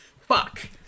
Fuck